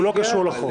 הוא לא קשור לחוק.